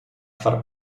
far